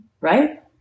Right